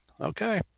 Okay